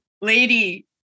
lady